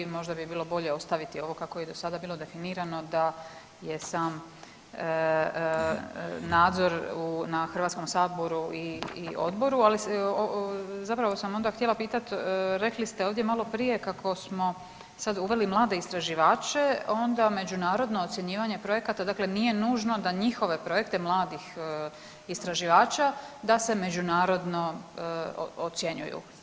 Možda bi bilo bolje ostaviti ovo kako je i do sada bilo definirano da je sam nadzor na Hrvatskom saboru i odboru, ali zapravo sam htjela onda pitati rekli ste ovdje malo prije kako smo sad uveli mlade istraživače, onda međunarodno ocjenjivanje projekata, dakle nije nužno da njihove projekte mladih istraživača da se međunarodno ocjenjuju.